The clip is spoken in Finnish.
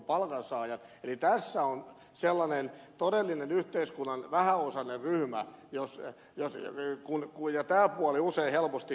eli tässä on sellainen todellinen yhteiskunnan vähäosainen ryhmä ja tämä puoli usein keskustelussa helposti unohtuu